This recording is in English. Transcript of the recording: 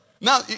Now